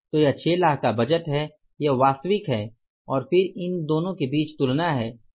तो यह 6 लाख का बजट है यह वास्तविक है और फिर इन दोनों के बीच तुलना है